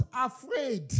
afraid